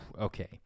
okay